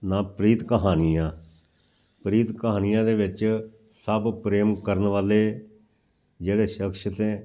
ਨਾਂ ਪ੍ਰੀਤ ਕਹਾਣੀਆਂ ਪ੍ਰੀਤ ਕਹਾਣੀਆਂ ਦੇ ਵਿੱਚ ਸਭ ਪ੍ਰੇਮ ਕਰਨ ਵਾਲੇ ਜਿਹੜੇ ਸ਼ਖਸ ਅਤੇ